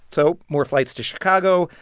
so more flights to chicago,